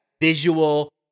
Visual